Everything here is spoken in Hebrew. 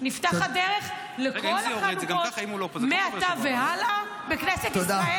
נפתחה הדרך לכל החנוכות מעתה והלאה בכנסת ישראל.